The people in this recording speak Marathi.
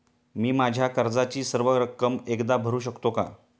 मी माझ्या कर्जाची सर्व रक्कम एकदा भरू शकतो का?